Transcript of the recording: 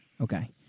Okay